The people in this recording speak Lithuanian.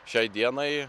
šiai dienai